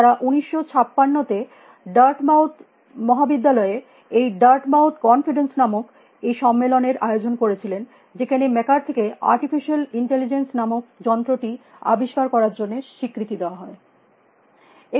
যারা 1956 তে ডার্টমাউথ মহাবিদ্যালয়ে এই ডার্ট মাউথ বিশ্বাস নামক এই সম্মেলনের আয়োজন করেছিলেন যেখানে ম্যাককার্থে কে আর্টিফিশিয়াল ইন্টেলিজেন্স নামক যন্ত্রটি আবিষ্কার করার জন্য স্বীকৃতি দেওয়া হয়